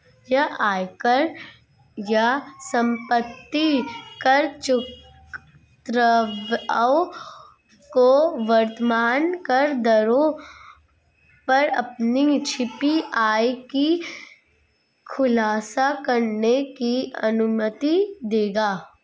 यह आयकर या संपत्ति कर चूककर्ताओं को वर्तमान करदरों पर अपनी छिपी आय का खुलासा करने की अनुमति देगा